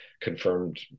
confirmed